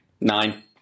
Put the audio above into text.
nine